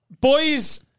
Boys